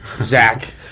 Zach